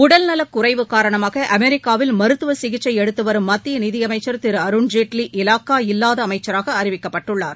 உடல்நலக் குறைவு காரணமாக அமெரிக்காவில் மருத்துவ சிகிச்சை எடுத்துவரும் மத்திய நிதியமைச்சள் திரு அருண் ஜேட்லி இலாக்கா இல்லாத அமைச்சராக அறிவிக்கப்பட்டுள்ளார்